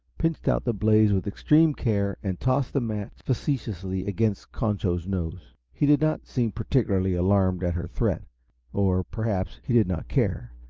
pinched out the blaze with extreme care, and tossed the match-end facetiously against concho's nose. he did not seem particularly alarmed at her threat or, perhaps, he did not care.